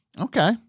Okay